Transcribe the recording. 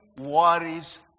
worries